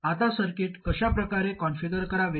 आता सर्किट कशा प्रकारे कॉन्फिगर करावे